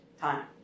time